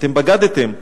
אתם בגדתם,